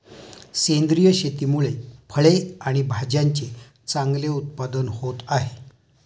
सेंद्रिय शेतीमुळे फळे आणि भाज्यांचे चांगले उत्पादन होत आहे